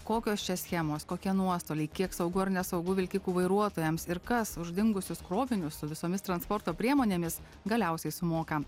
kokios čia schemos kokie nuostoliai kiek saugu ar nesaugu vilkikų vairuotojams ir kas už dingusius krovinius su visomis transporto priemonėmis galiausiai sumoka